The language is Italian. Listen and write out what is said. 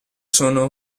sono